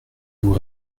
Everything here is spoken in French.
vous